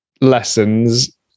lessons